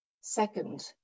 Second